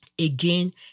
Again